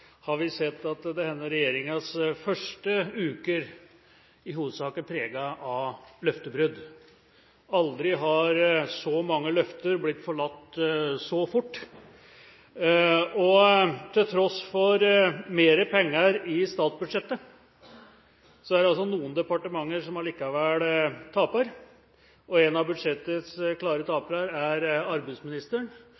har vi sett at denne regjeringas første uker i hovedsak er preget av løftebrudd. Aldri har så mange løfter blitt forlatt så fort. Til tross for mer penger i statsbudsjettet er det altså noen departementer som allikevel taper, og en av budsjettets klare